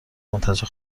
منتشر